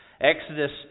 Exodus